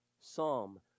Psalm